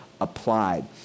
applied